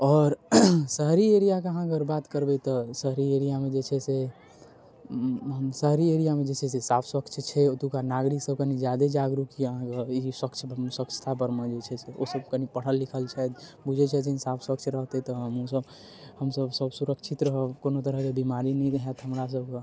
आओर शहरी एरियाके अहाँ अगर बात करबय तऽ शहरी एरियामे जे छै से शहरी एरियामे जे छै साफ स्वच्छ छै ओतुका नागरिक सब कनी जादे जागरूक यऽ अहाँके स्वच्छ स्वच्छता परमे जे छै से ओ सब कनी पढ़ल लिखल छथि बुझय छथिन साफ स्वच्छ रहतइ तऽ हमहुँ सब हमसब सब सुरक्षित रहब कोनो तरहके बीमारी नहि होयत हमरा सबके